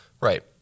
right